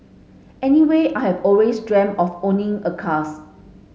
anyway I have always dreamt of owning a cars